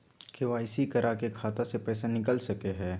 KYC करा के खाता से पैसा निकल सके हय?